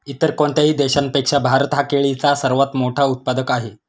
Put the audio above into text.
इतर कोणत्याही देशापेक्षा भारत हा केळीचा सर्वात मोठा उत्पादक आहे